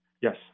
Yes